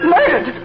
Murdered